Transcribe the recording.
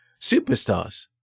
superstars